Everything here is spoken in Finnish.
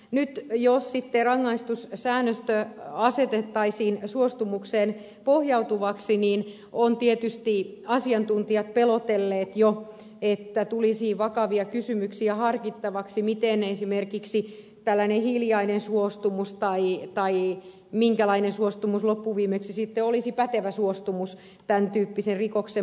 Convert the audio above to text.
jos nyt sitten rangaistussäännöstö asetettaisiin suostumukseen pohjautuvaksi niin tietysti asiantuntijat ovat pelotelleet jo että tulisi vakavia kysymyksiä harkittavaksi miten esimerkiksi tällainen hiljainen suostumus tai minkälainen suostumus loppuviimeksi sitten olisi pätevä suostumus tämän tyyppisen rikoksen pohjalta